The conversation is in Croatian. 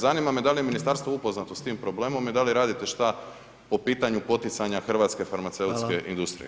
Zanima me da li je ministarstvo upoznato s tim problemom i da li radite šta po pitanju poticanja hrvatske farmaceutske industrije?